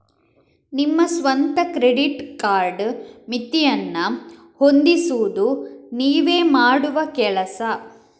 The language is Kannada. ನಿಮ್ಮ ಸ್ವಂತ ಕ್ರೆಡಿಟ್ ಕಾರ್ಡ್ ಮಿತಿಯನ್ನ ಹೊಂದಿಸುದು ನೀವೇ ಮಾಡುವ ಕೆಲಸ